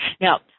Now